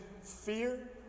fear